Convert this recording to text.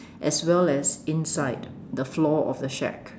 as well as inside the floor of the shack